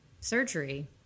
surgery